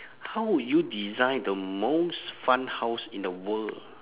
how would you design the most fun house in the world